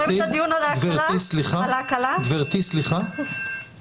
נמצאים אצלנו חברי כנסת בעלי מומחיות ייחודית גם מעולם התרבות